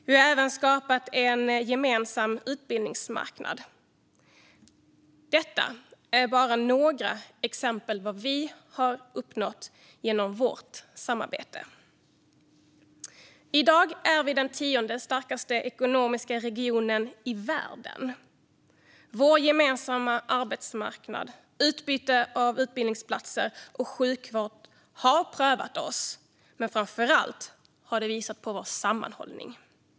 Vi har även skapat en gemensam utbildningsmarknad. Detta är bara några exempel på vad vi har uppnått genom vårt samarbete. I dag är vi den tionde starkaste ekonomiska regionen i världen. Vår gemensamma arbetsmarknad, utbyte av utbildningsplatser och sjukvård har prövat oss men har framför allt visat på vår sammanhållning.